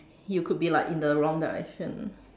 you could be like in the wrong direction